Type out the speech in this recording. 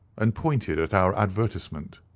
and pointed at our advertisement.